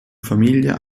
famiglia